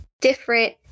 different